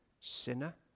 sinner